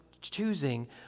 choosing